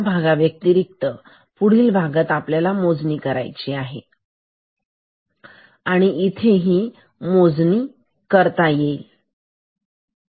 आता या भागा व्यतिरिक्त पुढील भागात आपल्याला मोजणी करायची आहे आणि इथेही मोजणी होईल का